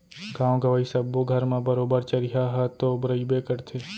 गॉंव गँवई सब्बो घर म बरोबर चरिहा ह तो रइबे करथे